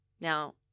Now